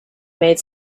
made